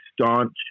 staunch